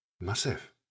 Massive